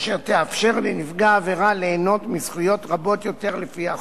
אשר תאפשר לנפגע העבירה ליהנות מזכויות רבות יותר לפי החוק.